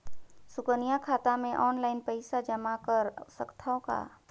सुकन्या खाता मे ऑनलाइन पईसा जमा कर सकथव का?